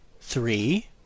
three